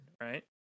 right